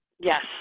Yes